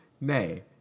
Nay